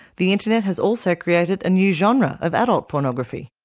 the internet has also created a new genre of adult pornography.